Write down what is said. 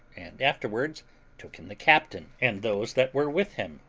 and afterwards took in the captain, and those that were with him,